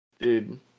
dude